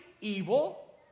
evil